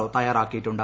O തയ്യാറാക്കിയിട്ടുണ്ട്